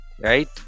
right